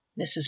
Mrs